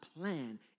plan